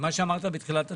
ומה שאמרת בתחילת הדברים,